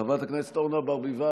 חברת הכנסת אורנה ברביבאי,